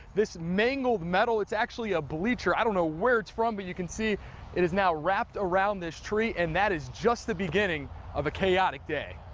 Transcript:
this mangle metal. it's actually a bleacher. no one where it's from but you can see it is now wrapped around this tree and that is just the beginning of a chaotic day.